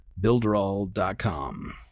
Builderall.com